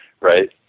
Right